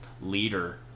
leader